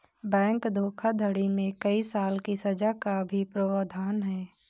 bank धोखाधड़ी में कई साल की सज़ा का भी प्रावधान है